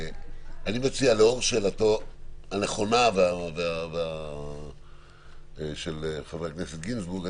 לאור שאלתו הנכונה של חבר הכנסת גינזבורג,